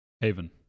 Haven